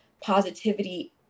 positivity